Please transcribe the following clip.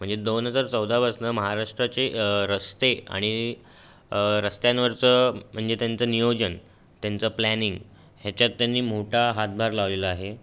म्हणजे दोन हजार चौदापासून महाराष्ट्राचे रस्ते आणि रस्त्यांवरचं म्हणजे त्यांचं नियोजन त्यांचं प्लॅनिंग ह्याच्यात त्यांनी मोठा हातभार लावलेला आहे